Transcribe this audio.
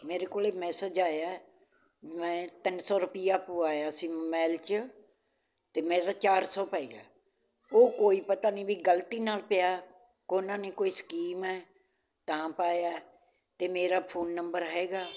ਮੇਰੇ ਕੋਲ ਮੈਸੇਜ ਆਇਆ ਮੈਂ ਤਿੰਨ ਸੌ ਰੁਪਈਆ ਪਵਾਇਆ ਸੀ ਮਬੈਲ 'ਚ ਅਤੇ ਮੇਰਾ ਚਾਰ ਸੌ ਪੈ ਗਿਆ ਉਹ ਕੋਈ ਪਤਾ ਨਹੀਂ ਵੀ ਗਲਤੀ ਨਾਲ ਪਿਆ ਕੋ ਉਹਨਾਂ ਨੇ ਕੋਈ ਸਕੀਮ ਹੈ ਤਾਂ ਪਾਇਆ ਅਤੇ ਮੇਰਾ ਫੋਨ ਨੰਬਰ ਹੈਗਾ